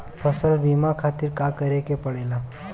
फसल बीमा खातिर का करे के पड़ेला?